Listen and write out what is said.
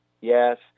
Yes